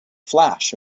flash